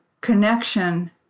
connection